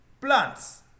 plants